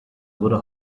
wurde